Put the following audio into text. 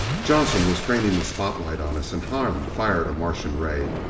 johnson was training the spotlight on us. and hahn fired a martian ray.